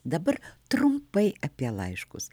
dabar trumpai apie laiškus